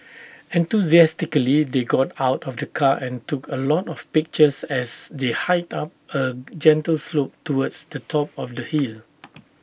enthusiastically they got out of the car and took A lot of pictures as they hiked up A gentle slope towards to top of the hill